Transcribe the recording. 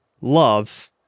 love